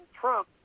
Trump